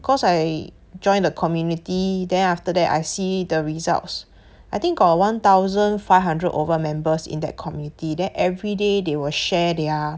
cause I joined a community then after that I see the results I think got one thousand five hundred over members in that community then every day they will share their